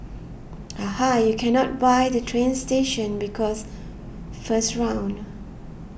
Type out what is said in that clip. aha you cannot buy the train station because first round